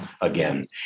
again